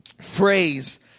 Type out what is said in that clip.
phrase